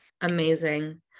amazing